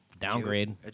Downgrade